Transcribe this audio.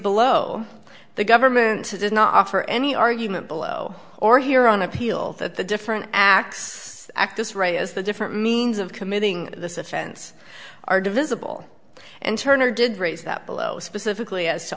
below the government does not offer any argument below or here on appeal that the different acts act this right as the different means of committing this offense are divisible and turner did raise that below specifically as to